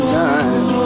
time